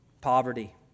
poverty